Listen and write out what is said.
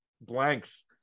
blanks